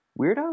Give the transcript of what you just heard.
Weirdo